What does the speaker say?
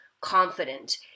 confident